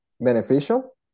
beneficial